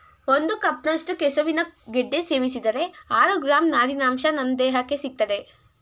ಒಂದು ಕಪ್ನಷ್ಟು ಕೆಸುವಿನ ಗೆಡ್ಡೆ ಸೇವಿಸಿದರೆ ಆರು ಗ್ರಾಂ ನಾರಿನಂಶ ನಮ್ ದೇಹಕ್ಕೆ ಸಿಗ್ತದೆ